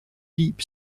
deep